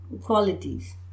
qualities